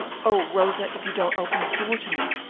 oh, rosa, if you don't open the door to me,